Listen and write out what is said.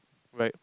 right